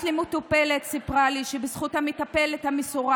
בת של מטופלת סיפרה לי שבזכות המטפלת המסורה